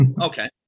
Okay